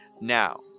Now